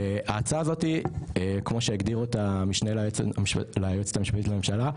וההצעה הזאתי כמו שהגדיר אותה המשנה ליועצת המשפטית לממשלה,